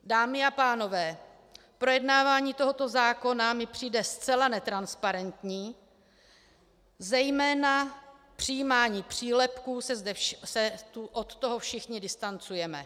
Dámy a pánové, projednávání tohoto zákona mi přijde zcela netransparentní, zejména od přijímání přílepků se všichni distancujeme.